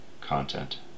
content